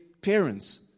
parents